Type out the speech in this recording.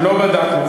לא בדקנו.